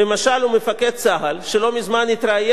הוא מפקד צה"ל שלא מזמן התראיין לעיתון